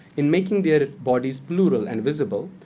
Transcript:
in making their bodies plural and visible,